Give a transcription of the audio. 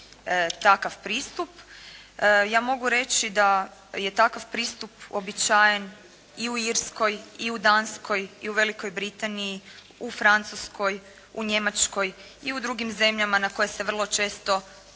takav pristup. Ja mogu reći da je takav pristup uobičajen i u Irskoj i u Danskoj i u Velikoj Britaniji, u Francuskoj, u Njemačkoj i u drugim zemljama na koje se vrlo često volimo